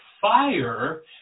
fire